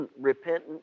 repentant